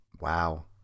wow